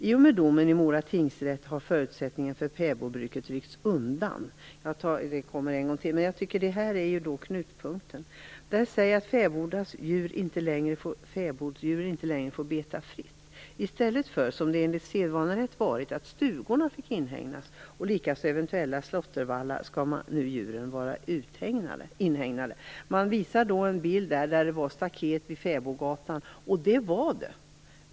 I och med domen i Mora tingsrätt har förutsättningen för fäbodbruket ryckts undan. Jag återkommer till den, därför att jag tycker att det är knutpunkten. I den säger man att fäboddjur inte längre får beta fritt. I stället för att som tidigare, i enlighet med sedvanerätten, inhägna stugorna och eventuella slåttervallar, skall nu djuren vara inhägnande. Jag har sett en bild där det var staket vid fäbodgatan. Så var det också tidigare.